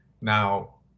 now